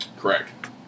Correct